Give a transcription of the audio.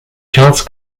charts